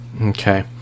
Okay